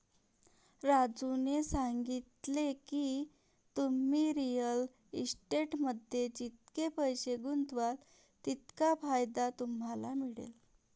राजूने सांगितले की, तुम्ही रिअल इस्टेटमध्ये जितके पैसे गुंतवाल तितका फायदा तुम्हाला मिळेल